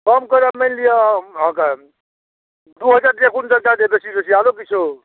कम करब मानि लिअ अहाँके दू हजार रुपैए क्विन्टल दऽ देब आओर किछु